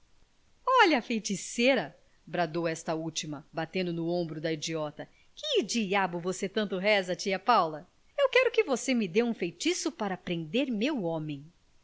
olha a feiticeira bradou esta última batendo no ombro da idiota que diabo você tanto reza tia paula eu quero que você me dê um feitiço para prender meu homem